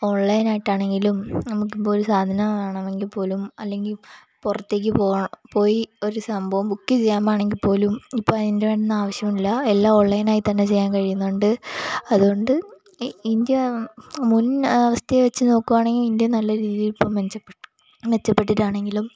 online ആയിട്ടാണെങ്കിലും നമുക്ക് ഇപ്പോൾ ഒരു സാധനം വേണമെങ്കിൽ പോലും അല്ലെങ്കിൽ പുറത്തേക്ക് പോവാ പോയി ഒരു സംഭവം ബുക്ക് ചെയ്യാൻ വേണമെങ്കിൽ പോലും ഇപ്പോൾ അതിൻ്റെയൊന്നും ആവശ്യമില്ല എല്ലാം ഓൺലൈൻ ആയി തന്നെ ചെയ്യാൻ കഴിയുന്നുണ്ട് അതുകൊണ്ട് ഈ ഇന്ത്യ മുൻ അവസ്ഥയെ വെച്ച് നോക്കുവാണെങ്കിൽ ഇന്ത്യ നല്ലരീതിയിൽ ഇപ്പോൾ മെച്ചപ്പെട്ടു മെച്ചപ്പെട്ടിട്ടാണെങ്കിലും